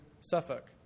Suffolk